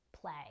play